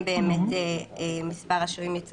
זה פשוט לא פייר שהאולמות יקבלו את הכסף שלהם ואילו אנחנו לא נקבל.